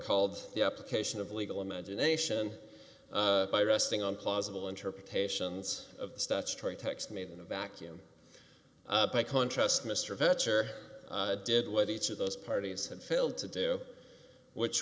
called the application of legal imagination by resting on possible interpretations of statutory text made in a vacuum by contrast mr vetter did what each of those parties had failed to do which